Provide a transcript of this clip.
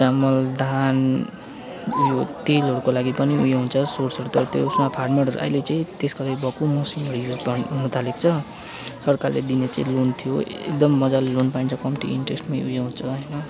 चामल धान उयो तेलहरूको लागि पनि उयो हुन्छ सोर्सहरू त त्यो उयेसमाा फार्मर्सहरू अहिले चाहिँ त्यसको लागि भक्कु मसिनहरू युज हुनु थालेको छ सरकारले दिने चाहिँ लोन थियो एकदम मज्जाले लोन पाइन्छ कम्ती इन्ट्रेस्टमै उयो आउँछ होइन